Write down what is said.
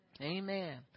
Amen